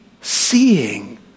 seeing